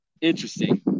interesting